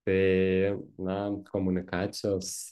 tai na komunikacijos